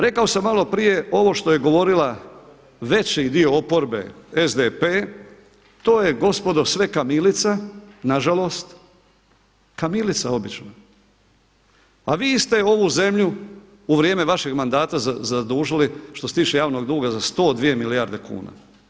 Rekao sam malo prije ovo što je govorila veći dio oporbe SDP to je gospodo sve kamilica, nažalost, kamilica obična a vi ste ovu zemlju u vrijeme vašeg mandata zadužili što se tiče javnog duga za 102 milijarde kuna.